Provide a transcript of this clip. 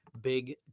Big